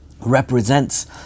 represents